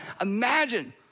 imagine